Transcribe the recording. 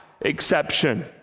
exception